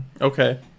Okay